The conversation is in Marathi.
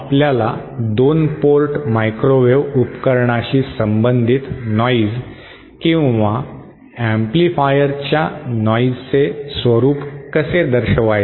आपल्या 2 पोर्ट मायक्रोवेव्ह उपकरणाशी संबंधित नॉइज किंवा एम्पलीफायरच्या नॉईजचे स्वरुप कसे दर्शवायचे